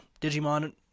Digimon